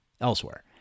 elsewhere